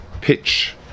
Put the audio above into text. pitch